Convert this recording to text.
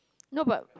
no but